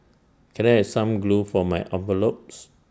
can I have some glue for my envelopes